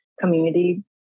community